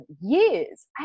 years